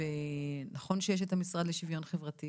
ונכון שיש את המשרד לשיוויון חברתי